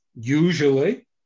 usually